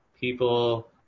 people